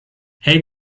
hay